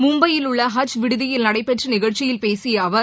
மும்னபயில் உள்ள ஹஜ் விடுதியில் நடைபெற்றநிகழ்ச்சியில் பேசியஅவர்